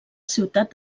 ciutat